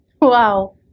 wow